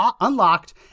unlocked